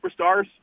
superstars